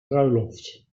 bruiloft